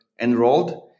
enrolled